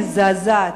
היא מזעזעת.